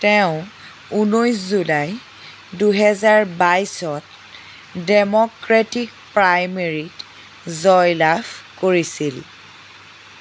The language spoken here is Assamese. তেওঁ ঊনৈছ জুলাই দুহেজাৰ বাইছত ডেম'ক্ৰেটিক প্ৰাইমেৰীত জয় লাভ কৰিছিল